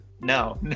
No